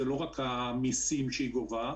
זה לא רק המיסים שהיא גובה,